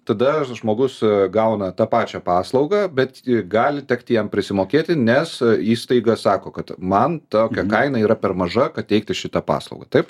tada žmogus gauna tą pačią paslaugą bet gali tekti jam prisimokėti nes įstaiga sako kad man tokia kaina yra per maža kad teikti šitą paslaugą taip